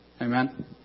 Amen